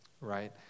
right